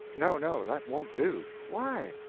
no, no, that won't do! why?